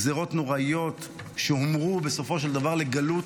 גזרות נוראיות שהומרו בסופו של דבר לגלות,